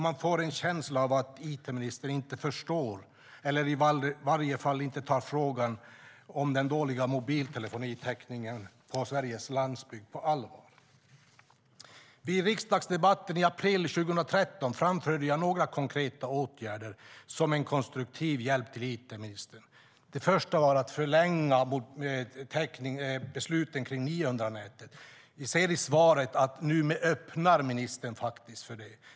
Man får en känsla av att it-ministern inte förstår eller i varje fall inte tar frågan om den dåliga mobiltelefonitäckningen på Sveriges landsbygd på allvar. Vid riksdagsdebatten i april 2013 framförde jag några förslag till konkreta åtgärder som en konstruktiv hjälp till it-ministern. Det första var att förlänga besluten kring 900-nätet. Vi ser i svaret att ministern öppnar för det.